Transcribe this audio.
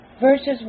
Verses